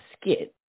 skit